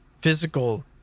physical